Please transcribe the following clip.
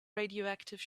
radioactive